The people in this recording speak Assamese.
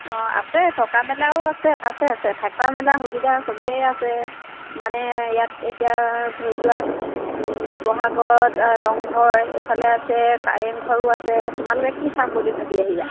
অঁ আছে থকা মেলাও আছে আছে আছে থকা মেলা সুবিধা চবেই আছে মানে ইয়াত এতিয়া ধৰি লোৱা শিৱসাগৰত ৰংঘৰ এইফালে আছে কাৰেংঘৰো আছে তোমালোকে কি চাম বুলি ভাবি আহিবা